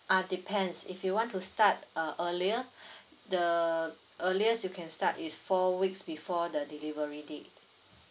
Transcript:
ah depends if you want to start uh earlier the earliest you can start is four weeks before the delivery date